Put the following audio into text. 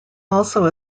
also